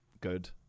good